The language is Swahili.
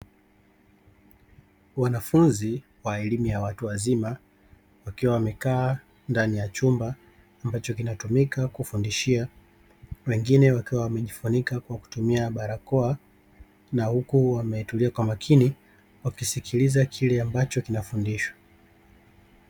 Wanafunzi wa elimu ya watu wazima wakiwa wamekaa ndani ya chumba ambacho kinatumika kufundishia, wengine wakiwa wamejifunika kwa kutumia barakoa na huku wametulia kwa makini wakisikiliza kile ambacho kinafundishwa.